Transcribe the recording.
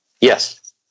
Yes